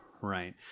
right